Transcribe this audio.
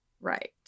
right